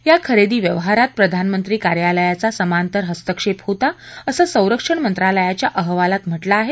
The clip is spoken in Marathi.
या खरेदी व्यवहारात प्रधानमंत्री कार्यालयाचा समांतर हस्तक्षेप होता असं संरक्षण मंत्रालयाच्या अहवालात म्हटलं आहे